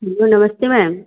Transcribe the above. hello नमस्ते ma'am